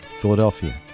Philadelphia